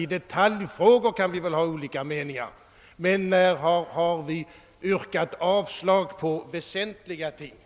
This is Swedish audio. I detaljfrågor kan vi väl ha olika meningar, men när har vi yrkat avslag beträffande väsentliga ting?